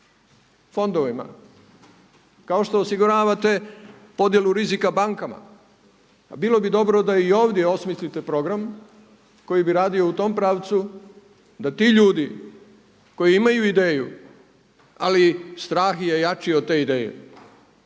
fondovima, kao što osiguravate podjelu rizika bankama pa bilo bi dobro da i ovdje osmislite program koji bi radio u tom pravcu da ti ljudi koji imaju ideju ali strah je jači od te ideje,